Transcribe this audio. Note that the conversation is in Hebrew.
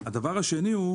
השני,